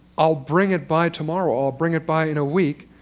i'll bring it by tomorrow, or i'll bring it by in a week,